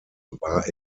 war